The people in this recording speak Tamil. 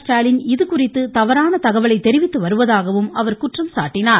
ஸ்டாலின் இது குறித்து தவறான தகவலை தெரிவித்து வருவதாகவும் அவர் குற்றம் சாட்டினார்